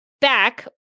back